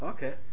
Okay